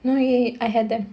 no ya ya I have them